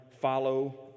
follow